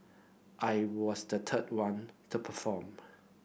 I was the third one to perform